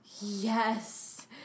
Yes